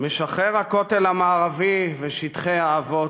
משחרר הכותל המערבי ושטחי האבות,